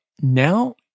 now